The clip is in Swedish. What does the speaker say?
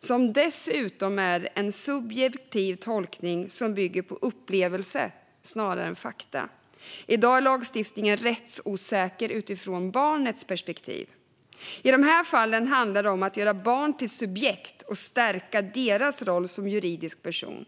Det är dessutom en subjektiv tolkning som bygger på upplevelse snarare än fakta. I dag är lagstiftningen rättsosäker utifrån barnets perspektiv. I de här fallen handlar det om att göra barnet till subjekt och stärka dess roll som juridisk person.